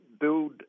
build